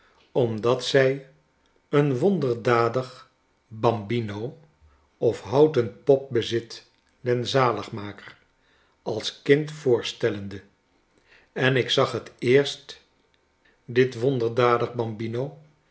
omdat zij een wonderdadig bambino of houten pop bezit den zaligmaker als kind voorstellende en ik zag het eerst dit wonderdadig bambino